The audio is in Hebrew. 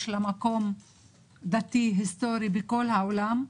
יש לה מקום דתי היסטורי בכל העולם.